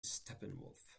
steppenwolf